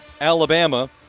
Alabama